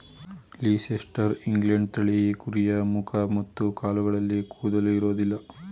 Leicester England ತಳಿ ಈ ಕುರಿಯ ಮುಖ ಮತ್ತು ಕಾಲುಗಳಲ್ಲಿ ಕೂದಲು ಇರೋದಿಲ್ಲ